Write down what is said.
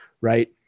right